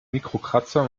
mikrokratzer